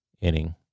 inning